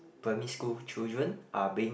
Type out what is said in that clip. primary school children are being